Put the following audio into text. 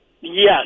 Yes